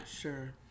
Sure